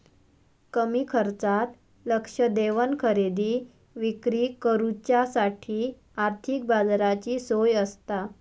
कमी खर्चात लक्ष देवन खरेदी विक्री करुच्यासाठी आर्थिक बाजाराची सोय आसता